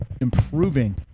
improving